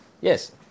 yes